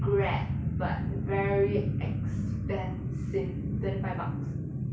grab but very expensive twenty five bucks